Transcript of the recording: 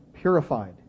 purified